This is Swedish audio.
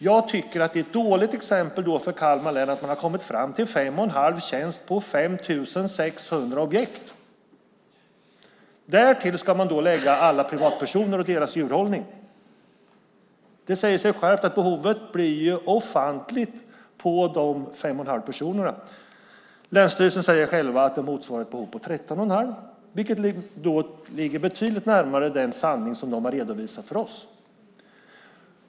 Jag tycker då att det är ett dåligt exempel för Kalmar län att man har kommit fram till fem och en halv tjänst på 5 600 objekt. Därtill ska man då lägga alla privatpersoner och deras djurhållning. Det säger sig självt att det blir ofantligt mycket för de fem och en halv personerna. Länsstyrelsen säger själv att detta motsvarar ett behov av 13 1⁄2, vilket ligger betydligt närmare den sanning som de har redovisat för oss.